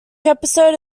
episode